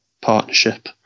partnership